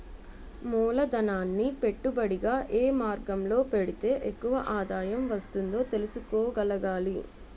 మూలధనాన్ని పెట్టుబడిగా ఏ మార్గంలో పెడితే ఎక్కువ ఆదాయం వస్తుందో తెలుసుకోగలగాలి